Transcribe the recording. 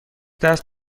دست